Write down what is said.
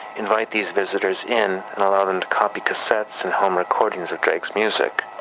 invite these visitors in and allow them to copy cassettes and home recordings of drake's music.